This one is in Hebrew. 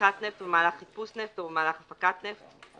קדיחת נפט במהלך חיפוש נפט או במהלך הפקת נפט,